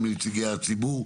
גם מנציגי הציבור,